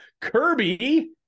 kirby